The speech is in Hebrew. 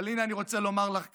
אבל הינה, אני רוצה לומר לך כאן: